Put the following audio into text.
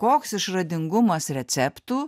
koks išradingumas receptų